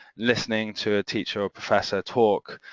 listening to a teacher or professor talk,